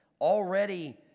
already